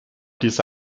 diese